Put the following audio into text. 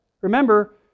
remember